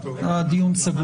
הדיון סגור.